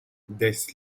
des